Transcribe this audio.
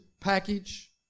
package